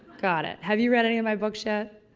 got it. have you read any of my books yet?